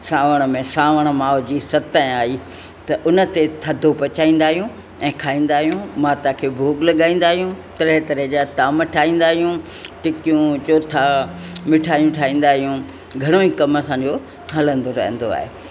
सावण में सावण माउ जी सतैं आई त उन ते थदो पचाईंदा आहियूं ऐं खाईंदा आहियूं माता खे भोॻ लॻाईंदा आहियूं तरह तरह जा ताम ठाहींदा आहियूं टिकियूं चोथा मिठाइयूं ठाहींदा आहियूं घणो ई कमु असांजो हलंदो रहंदो आहे